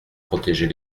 protéger